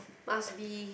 must be